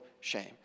shame